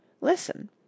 Listen